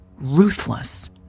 Ruthless